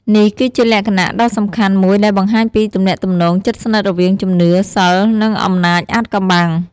នេះគឺជាលក្ខខណ្ឌដ៏សំខាន់មួយដែលបង្ហាញពីទំនាក់ទំនងជិតស្និទ្ធរវាងជំនឿ សីល និងអំណាចអាថ៌កំបាំង។